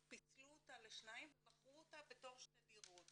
שפיצלו את הדירה ומכרו אותה בתור שתי דירות.